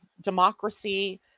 democracy